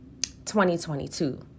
2022